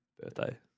Birthday